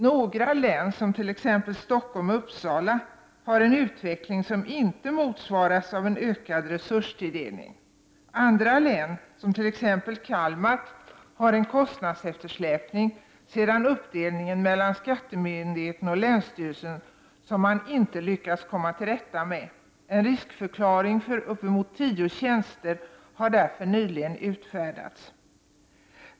Några län, som Stockholm och Uppsala, har en utveckling som inte motsvaras av en ökad resurstilldelning. Andra län, t.ex. Kalmar, har en kostnadseftersläpning sedan uppdelningen mellan skattemyndigheten och länsstyrelsen som de inte lyckats komma till rätta med. En ”riskförklaring” för uppemot tio tjänster har därför nyligen utfärdats.